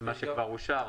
למה שכבר אושר?